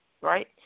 right